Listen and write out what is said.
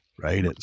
right